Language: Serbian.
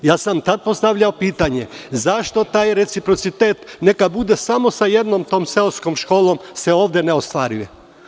Tada sam postavljao pitanje – zašto taj reciprocitet, neka bude samo sa jednom tom seoskom školom, se ovde ne ostvaruje?